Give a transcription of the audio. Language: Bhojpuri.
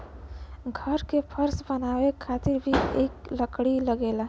घर के फर्श बनावे खातिर भी इ लकड़ी लगेला